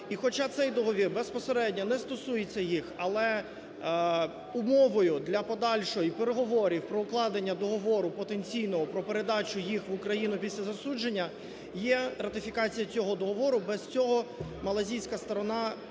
І хоча цей договір безпосередньо не стосується їх, але умовою для подальших переговорів, про укладення договору потенційного про передачу їх в Україну після засудження є ратифікація цього договору. Без цього малайзійська сторона не готова